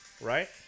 right